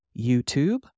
YouTube